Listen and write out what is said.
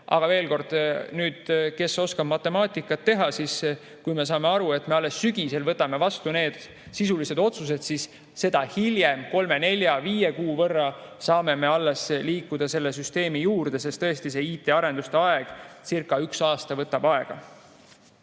Aga veel kord: kes oskab matemaatikat, see saab aru, et kui me alles sügisel võtame vastu need sisulised otsused, siis seda hiljem kolme, nelja või viie kuu võrra saame me liikuda selle süsteemi juurde. Sest tõesti IT-arendusedcircaüks aasta võtavad aega.